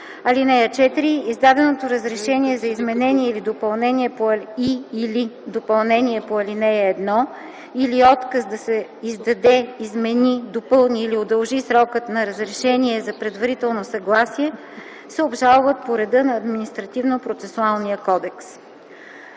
срок. (4) Издаденото разрешение за изменение и/или допълнение по ал. 1 или отказ да се издаде, измени, допълни или удължи срокът на разрешение за предварително съгласие се обжалват по реда на Административнопроцесуалния кодекс.”